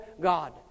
God